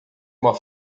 uma